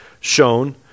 shown